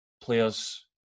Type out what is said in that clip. players